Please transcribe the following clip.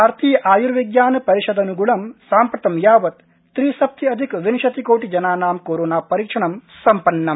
भारतीयायूर्विज्ञानपरिषदन्ग्णं साम्प्रतं यावत् त्रिसप्ति अधिक विंशतिकोटि जनानां कोरोना परीक्षणं सम्पन्नम्